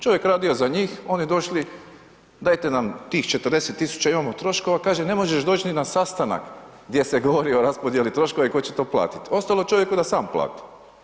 Čovjek radio za njih oni došli dajte nam tih 40.000 imamo troškova, kaže ne možeš doć ni na sastanak gdje se govori o raspodjeli troškova i tko će to platit, ostalo čovjeku da sam plati.